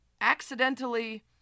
accidentally